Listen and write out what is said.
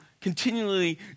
continually